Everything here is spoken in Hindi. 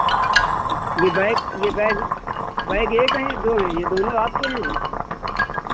ये बैग ये बैग बैग एक हैं या दो हैं ये दोनों आपके हैं